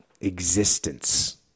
existence